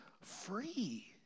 free